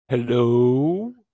Hello